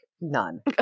none